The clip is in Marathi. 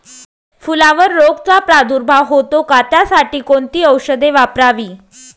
फुलावर रोगचा प्रादुर्भाव होतो का? त्यासाठी कोणती औषधे वापरावी?